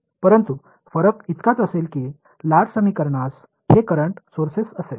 परंतु फरक इतकाच असेल की लाट समीकरणास हे करंट सोर्सेस असेल